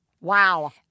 Wow